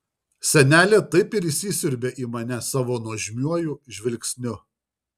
senelė taip ir įsisiurbė į mane savo nuožmiuoju žvilgsniu